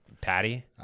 Patty